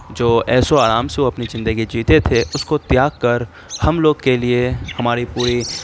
جو عیش و آرام سے وہ اپنی زندگی جیتے تھے اس کو تیاگ کر ہم لوگ کے لیے ہماری پوری